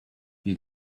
you